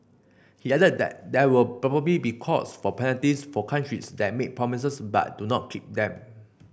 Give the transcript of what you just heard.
he added that there will probably be calls for penalties for countries that make promises but do not keep them